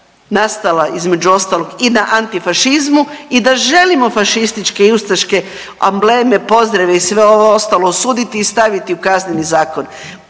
nastala između ostalog i na antifašizmu i da želimo fašističke i ustaške ambleme, pozdrave i sve ovo ostalo osuditi i staviti u Kazneni zakon.